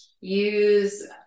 Use